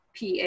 pa